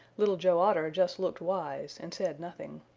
little joe otter just looked wise and said nothing.